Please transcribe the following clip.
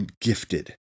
gifted